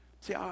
See